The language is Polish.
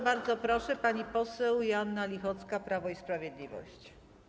Bardzo proszę, pani poseł Joanna Lichocka, Prawo i Sprawiedliwość.